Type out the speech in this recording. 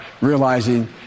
realizing